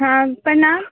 हँ प्रणाम